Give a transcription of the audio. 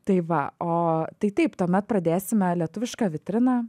tai va o tai taip tuomet pradėsime lietuvišką vitriną